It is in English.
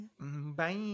Bye